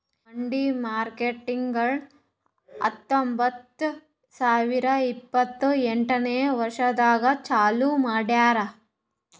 ಮಂಡಿ ಮಾರ್ಕೇಟ್ಗೊಳ್ ಹತೊಂಬತ್ತ ಸಾವಿರ ಇಪ್ಪತ್ತು ಎಂಟನೇ ವರ್ಷದಾಗ್ ಚಾಲೂ ಮಾಡ್ಯಾರ್